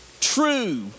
true